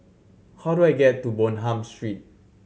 how do I get to Bonham Street